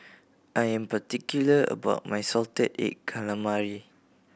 I am particular about my salted egg calamari